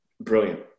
Brilliant